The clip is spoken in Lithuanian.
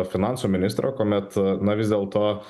finansų ministro kuomet na vis dėlto